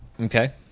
Okay